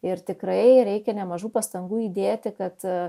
ir tikrai reikia nemažų pastangų įdėti kad